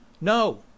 no